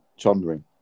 chundering